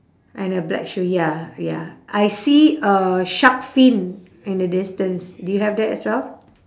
and a black shoe ya ya I see a shark fin in the distance do you have that as well